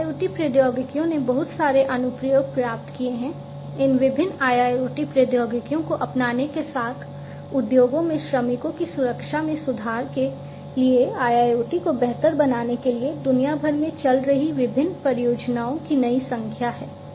IIoT प्रौद्योगिकियों ने बहुत सारे अनुप्रयोग प्राप्त किए हैं इन विभिन्न IIoT प्रौद्योगिकियों को अपनाने के साथ उद्योगों में श्रमिकों की सुरक्षा में सुधार के लिए IIoT को बेहतर बनाने के लिए दुनिया भर में चल रही विभिन्न परियोजनाओं की नई संख्या है